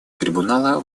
трибунала